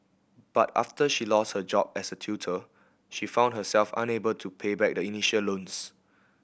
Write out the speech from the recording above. but after she lost her job as a tutor she found herself unable to pay back the initial loans